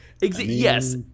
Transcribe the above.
yes